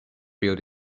built